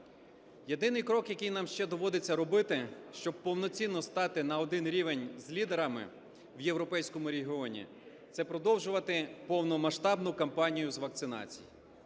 Єдиний крок, який нам ще доводиться робити, щоб повноцінно стати на один рівень з лідерами в європейському регіоні, – це продовжувати повномасштабну кампанію з вакцинації.